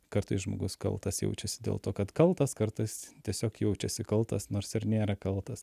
kartais žmogus kaltas jaučiasi dėl to kad kaltas kartas tiesiog jaučiasi kaltas nors ir nėra kaltas